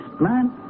man